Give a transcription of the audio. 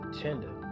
tender